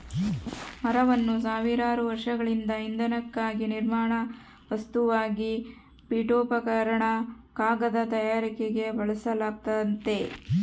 ಮರವನ್ನು ಸಾವಿರಾರು ವರ್ಷಗಳಿಂದ ಇಂಧನಕ್ಕಾಗಿ ನಿರ್ಮಾಣ ವಸ್ತುವಾಗಿ ಪೀಠೋಪಕರಣ ಕಾಗದ ತಯಾರಿಕೆಗೆ ಬಳಸಲಾಗ್ತತೆ